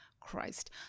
Christ